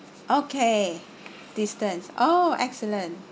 okay distance oh excellent